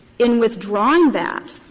in withdrawing that,